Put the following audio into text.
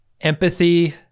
empathy